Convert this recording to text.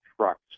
trucks